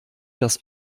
das